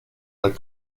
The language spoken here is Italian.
del